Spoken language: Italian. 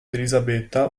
elisabetta